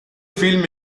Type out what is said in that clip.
film